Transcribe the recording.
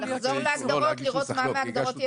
כן, אנחנו